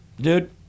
dude